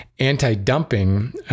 anti-dumping